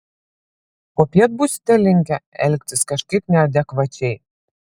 popiet būsite linkę elgtis kažkaip neadekvačiai